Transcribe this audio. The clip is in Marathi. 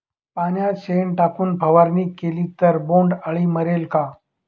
पाण्यात शेण टाकून फवारणी केली तर बोंडअळी मरेल का?